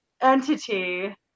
entity